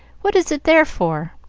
what is it there for?